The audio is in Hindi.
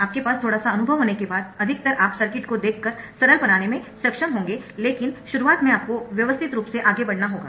आपके पास थोड़ा सा अनुभव होने के बाद अधिकतर आप सर्किट को देखकर सरल बनाने में सक्षम होंगे लेकिन शुरुआत में आपको व्यवस्थित रूप से आगे बढ़ना होगा